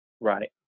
right